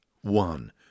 One